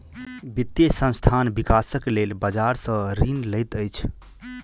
वित्तीय संस्थान, विकासक लेल बजार सॅ ऋण लैत अछि